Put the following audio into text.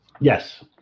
Yes